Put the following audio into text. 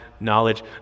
knowledge